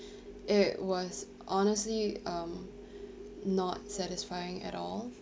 it was honestly um not satisfying at all